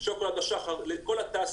שוקולד השחר, לסלטי